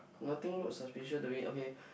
nothing look suspicious do it okay